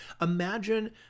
imagine